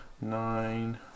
Nine